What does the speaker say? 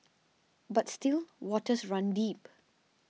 but still waters run deep